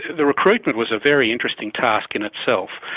the recruitment was a very interesting task in itself.